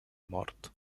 mort